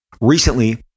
recently